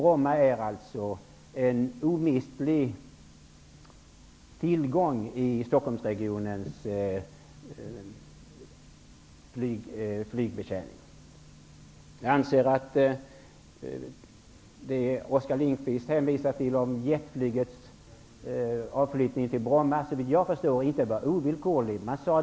Bromma är alltså en omistlig tillgång i Lindkvist hänvisar till jetflygets avflyttning från Bromma var, såvitt jag förstår, inte ovillkorliga men dum.